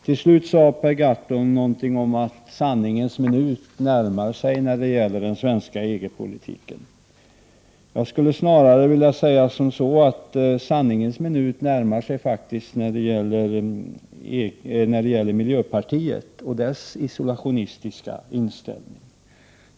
Till slut sade Per Gahrton någonting om att sanningens minut närmar sig när det gäller den svenska EG-politiken. Jag skulle snarare vilja säga att sanningens minut faktiskt närmar sig när det gäller miljöpartiet och dess isolationistiska inställning.